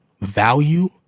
value